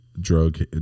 drug